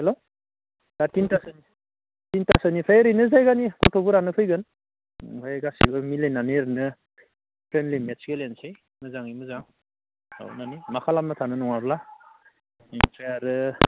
hello दा थिनथासो थिनथासोनिफ्राय ओरैनो जायगानि गथ'फोरानो फैगोन ओमफाय गासिबो मिलायनानै ओरैनो फ्रेन्डलि मेटस गेलेनसै मोजाङै मोजां औ मानि मा खालामबाय थानो नङाब्ला बिनिफ्राय आरो